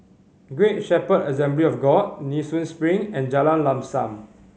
Great Shepherd Assembly of God Nee Soon Spring and Jalan Lam Sam